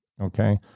okay